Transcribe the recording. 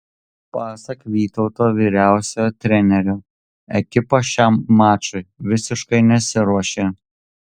pasak vytauto vyriausiojo trenerio ekipa šiam mačui visiškai nesiruošė